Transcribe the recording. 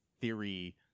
theory